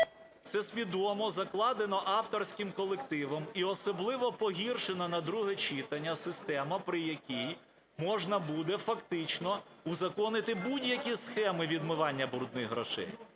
Це свідомо закладена авторським колективом і особливо погіршена на друге читання система, при якій можна буде фактично узаконити будь-які схеми відмивання "брудних" грошей.